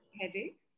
headache